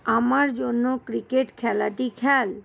আমার জন্য ক্রিকেট খেলাটি খেল